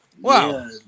Wow